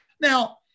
Now